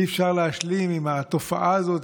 אי-אפשר להשלים עם התופעה הזאת,